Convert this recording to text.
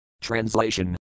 Translation